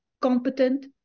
competent